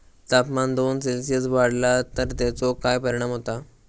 तापमान दोन सेल्सिअस वाढला तर तेचो काय परिणाम होता?